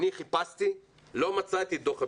אני חיפשתי, לא מצאתי את דוח הביצוע.